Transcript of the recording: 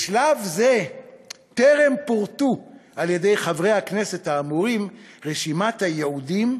בשלב זה טרם פורטו על-ידי חברי הכנסת האמורים רשימות הייעודים,